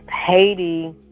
Haiti